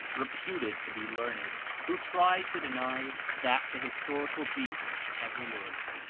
reputed to be learned. who try to deny that the historical jesus ever lived.